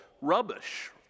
rubbish